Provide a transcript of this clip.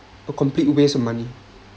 a complete waste of money